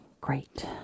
great